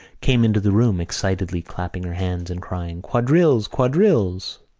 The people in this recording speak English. came into the room, excitedly clapping her hands and crying quadrilles! quadrilles!